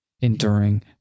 enduring